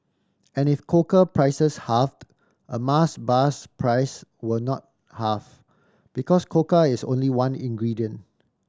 and if cocoa prices halved a Mars bar's price will not halve because cocoa is only one ingredient